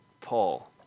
Paul